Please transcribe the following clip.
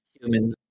humans